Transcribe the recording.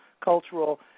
cultural